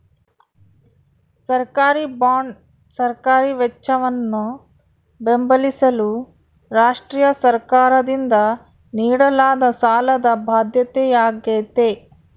ಸರ್ಕಾರಿಬಾಂಡ್ ಸರ್ಕಾರಿ ವೆಚ್ಚವನ್ನು ಬೆಂಬಲಿಸಲು ರಾಷ್ಟ್ರೀಯ ಸರ್ಕಾರದಿಂದ ನೀಡಲಾದ ಸಾಲದ ಬಾಧ್ಯತೆಯಾಗೈತೆ